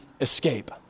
escape